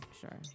sure